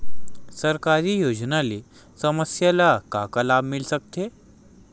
सरकारी योजना ले समस्या ल का का लाभ मिल सकते?